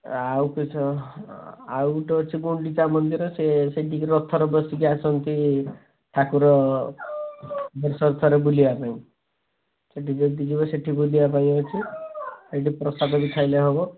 ଆଉ କିସ ଆଉ ଗୋଟେ ଅଛି ଗୁଣ୍ଡିଚା ମନ୍ଦିର ସେ ସେଇଠି କି ରଥରେ ବସିକି ଆସନ୍ତି ଠାକୁର ବର୍ଷରେ ଥରେ ବୁଲିବା ପାଇଁ ସେଇଠି ଯଦି ଯିବ ସେଇଠି ବୁଲିବା ପାଇଁ ଅଛି ସେଇଠି ପ୍ରସାଦ ବି ଖାଇଲେ ହେବ